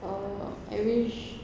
uh I wish